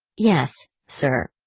yes, sir.